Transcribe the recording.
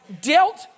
dealt